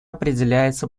определяется